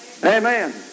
Amen